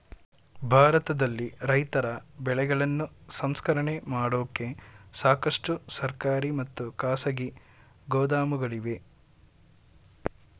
ಭಾರತದಲ್ಲಿ ರೈತರ ಬೆಳೆಗಳನ್ನು ಸಂಸ್ಕರಣೆ ಮಾಡೋಕೆ ಸಾಕಷ್ಟು ಸರ್ಕಾರಿ ಮತ್ತು ಖಾಸಗಿ ಗೋದಾಮುಗಳಿವೆ